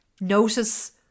notice